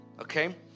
okay